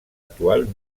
actual